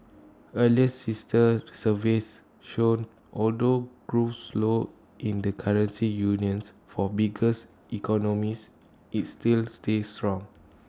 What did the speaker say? earlier sister surveys showed although growth slowed in the currency union's four biggest economies IT still stayed strong